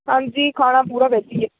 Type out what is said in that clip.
ਹਾਂਜੀ ਖਾਣਾ ਪੂਰਾ ਵਿੱਚ ਹੀ ਹੈ